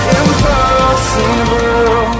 impossible